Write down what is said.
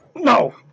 No